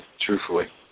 truthfully